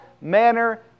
manner